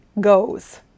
goes